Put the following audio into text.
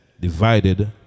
divided